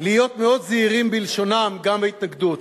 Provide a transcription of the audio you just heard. להיות מאוד זהירים בלשונם גם בהתנגדות,